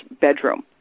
bedroom